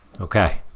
Okay